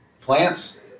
plants